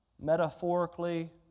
metaphorically